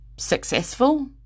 successful